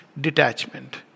detachment